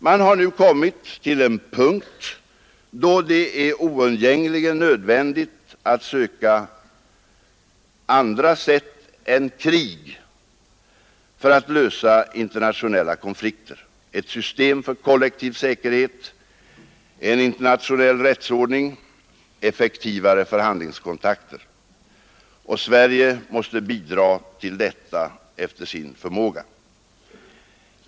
Man har nu kommit till en punkt då det är oundgängligen nödvändigt att söka andra sätt än krig för att lösa internationella konflikter: ett system för kollektiv säkerhet, en internationell rättsordning, effektivare förhandlingskontakter. Sverige måste bidra till detta efter sin förmåga.